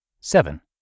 Seven